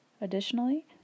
Additionally